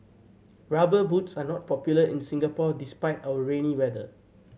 Rubber Boots are not popular in Singapore despite our rainy weather